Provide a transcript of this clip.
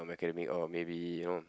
normal academic or maybe you know